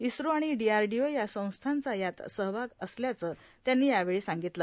इसो आणि डीआरडीओ या संस्थांचा यात सहभाग असल्याचं त्यांनी यावेळी सांगितलं